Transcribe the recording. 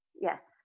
yes